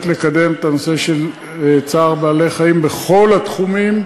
לקדם את הנושא של צער בעלי-חיים בכל התחומים,